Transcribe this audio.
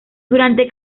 durante